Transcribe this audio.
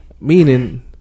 Meaning